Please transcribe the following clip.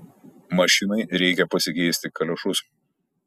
mašinai reikia pasikeisti kaliošus